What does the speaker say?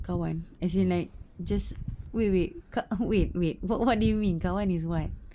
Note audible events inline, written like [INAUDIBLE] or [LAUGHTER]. kawan as in like just wait wait ka~ [LAUGHS] wait wait what what do you mean kawan is what